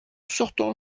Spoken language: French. certain